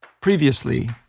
Previously